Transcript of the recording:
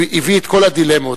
הביא את כל הדילמות,